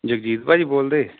ਜਗਜੀਤ ਭਾਅ ਜੀ ਬੋਲਦੇ